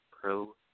pro